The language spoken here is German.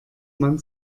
man